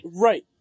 right